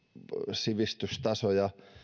sivistystaso ja